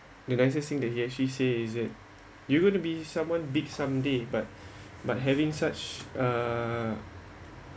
the nicest thing that he actually say is that you're gonna be someone big someday but but having such uh